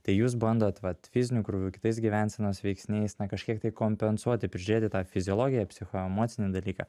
tai jūs bandot vat fiziniu krūviu kitais gyvensenos veiksniais na kažkiek tai kompensuoti prižiūrėti tą fiziologiją psichoemocinį dalyką